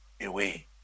away